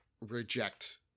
reject